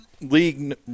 league